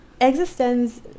existence